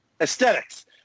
Aesthetics